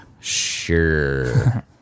sure